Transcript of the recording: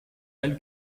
elle